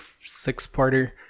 six-parter